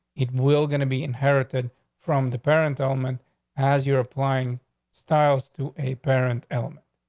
it will gonna be inherited from the parent element as you're applying styles to a parent element.